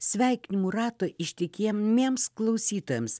sveikinimų ratui ištikiemiems klausytojams